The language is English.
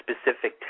Specific